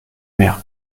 mer